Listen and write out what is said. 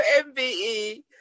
MBE